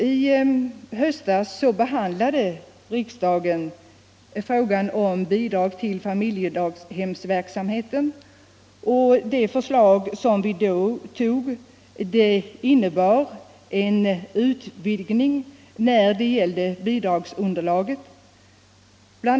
I höstas behandlade riksdagen frågan om bidrag till familjedaghemsverksamheten, och det förslag som vi då tog innebar en utvidgning av bidragsunderlaget. Bl.